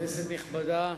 כנסת נכבדה,